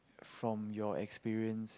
from your experiences